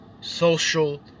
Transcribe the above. social